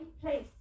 place